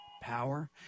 power